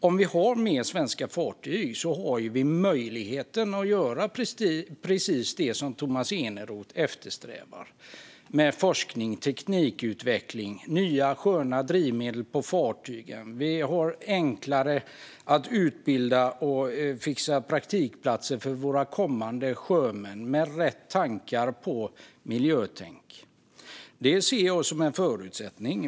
Om vi har mer svenska fartyg har vi möjlighet att göra precis det som Tomas Eneroth eftersträvar med forskning, teknikutveckling och nya sköna drivmedel på fartygen. Det blir enklare att utbilda och fixa praktikplatser för våra kommande sjömän med rätt tankar på miljötänk. Det ser jag som en förutsättning.